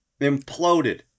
imploded